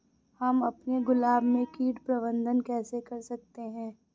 हम अपने गुलाब में कीट प्रबंधन कैसे कर सकते है?